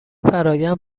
فرایند